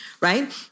Right